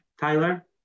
Tyler